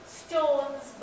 stones